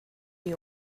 you